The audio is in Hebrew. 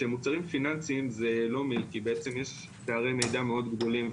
שיש פערי מידע מאוד גדולים.